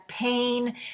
pain